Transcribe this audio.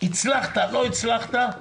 הצלחת לא הצלחת,